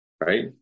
Right